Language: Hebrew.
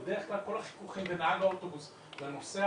בדרך כלל כל החיכוכים בין נהג האוטובוס לנוסע